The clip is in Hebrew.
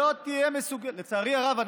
לצערי הרב,